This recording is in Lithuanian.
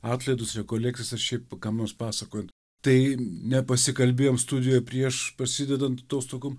atlaidus rekolekcijas ar šiaip kam nors pasakojant tai nepasikalbėjom studijoje prieš prasidedant atostogom